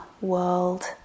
world